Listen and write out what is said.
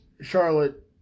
Charlotte